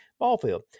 Ballfield